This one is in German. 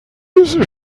ilse